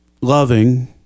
Loving